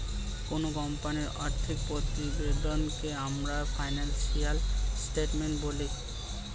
কোনো কোম্পানির আর্থিক প্রতিবেদনকে আমরা ফিনান্সিয়াল স্টেটমেন্ট বলি